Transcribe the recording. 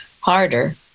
harder